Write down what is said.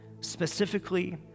specifically